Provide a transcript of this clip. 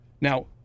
Now